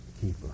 keeper